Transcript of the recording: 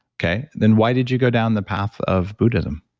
okay. then why did you go down the path of buddhism?